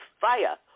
fire